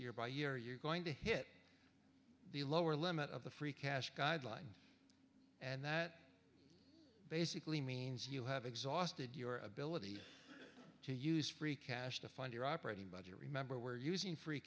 year by year you're going to hit the lower limit of the free cash guideline and that basically means you have exhausted your ability to use free cash to fund your operating budget remember were using free